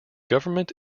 government